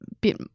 bit